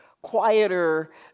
quieter